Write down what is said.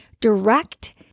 direct